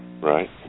Right